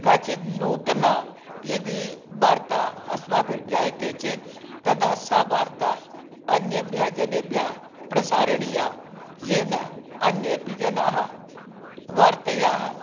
काचिद् नूतना यदि वार्ता अस्माभिर्ज्ञायते चेत् तदा सा वार्ता अन्येभ्यः जनेभ्यः प्रसारणीया येन अन्येऽपि जनाः वार्तायाः